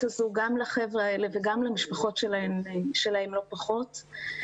הזאת גם לחבר'ה האלה וגם למשפחות שלהם לא פחות.